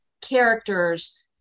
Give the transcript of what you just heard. characters